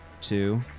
two